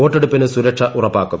വോട്ടെടുപ്പിന് സുരക്ഷ ഉറപ്പാക്കും